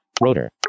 Rotor